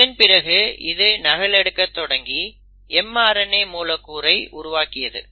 இதன் பிறகு இது நகலெடுக்க தொடங்கி mRNA மூலக்கூறை உருவாக்கியது